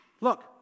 Look